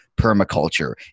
permaculture